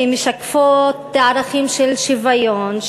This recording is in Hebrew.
שמשקפות ערכים של שוויון,